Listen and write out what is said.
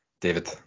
David